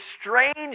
strange